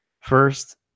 first